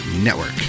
Network